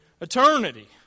eternity